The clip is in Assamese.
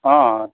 অঁ